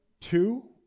two